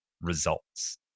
results